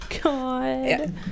God